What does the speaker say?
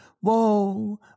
whoa